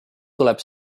tuleb